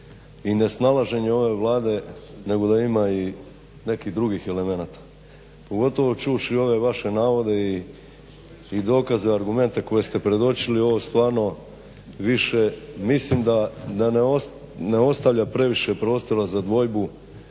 i nesnalaženje ove Vlade nego da ima i nekih drugih elemenata pogotovo čuvši ove vaše navode i dokaze, argumente koje ste predočili. Mislim da ne ostavlja previše prostora za dvojbu